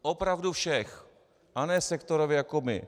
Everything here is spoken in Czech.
Opravdu všech, a ne sektorově jako my.